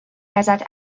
ازت